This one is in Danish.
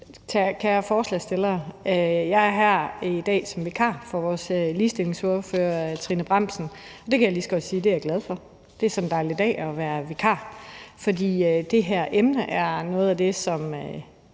jeg er her i dag som vikar for vores ligestillingsordfører, fru Trine Bramsen, og det kan jeg lige så godt sige at jeg er glad for. Det er sådan en dejlig dag at være vikar, fordi det her emne er noget af det, som